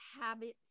habits